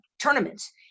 tournaments